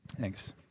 Thanks